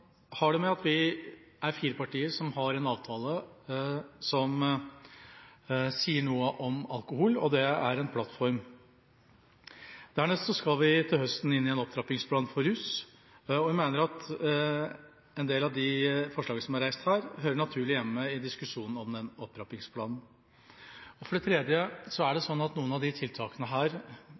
å gjøre med at vi er fire partier som har en avtale som sier noe om alkohol, og det er plattformen. Dernest skal vi til høsten diskutere en opptrappingsplan for rusfeltet, og jeg mener at en del av de forslagene som er reist her, naturlig hører hjemme i diskusjonen om den opptrappingsplanen. Så er det sånn at noen av disse tiltakene uomtvistelig har en budsjettkonsekvens, og det er også regulert i avtalen mellom de